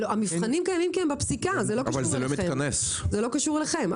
המבחנים קיימים כי הם בפסיקה, זה לא קשור אליכם.